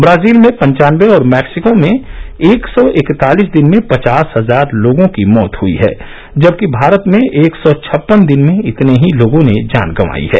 Brazil में पंचानबे और मैक्सिको में एक सौ इकतालिस दिन में पचास हजार लोगों की मौत हयी है जबकि भारत में एक सौ छप्पन दिन में इतने ही लोगों ने जान गंवाई है